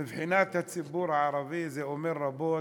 מבחינת הציבור הערבי זה אומר רבות.